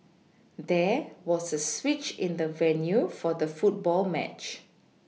there was a switch in the venue for the football match